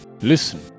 listen